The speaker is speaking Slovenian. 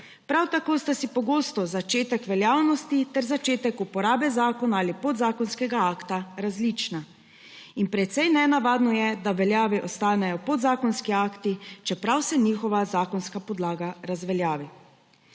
Prav tako sta si pogosto začetek veljavnosti ter začetek uporabe zakona ali podzakonskega akta različna in precej nenavadno je, da v veljavi ostanejo podzakonski akti, čeprav se njihova zakonska podlaga razveljavi.